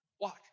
watch